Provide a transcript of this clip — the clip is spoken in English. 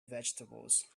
vegetables